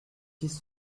six